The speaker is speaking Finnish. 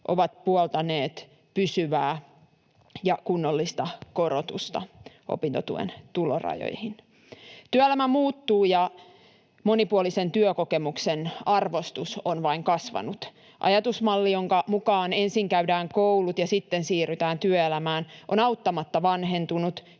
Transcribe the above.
ovat puoltaneet pysyvää ja kunnollista korotusta opintotuen tulorajoihin. Työelämä muuttuu ja monipuolisen työkokemuksen arvostus on vain kasvanut. Ajatusmalli, jonka mukaan ensin käydään koulut ja sitten siirrytään työelämään, on auttamatta vanhentunut,